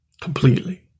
Completely